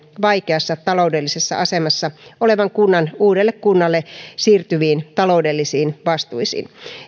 vaikeassa taloudellisessa asemassa olevan kunnan uudelle kunnalle siirtyviin taloudellisiin vastuisiin